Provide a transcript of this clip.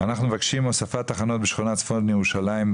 אנחנו מבקשים הוספת תחנות בשכונת צפון ירושלים,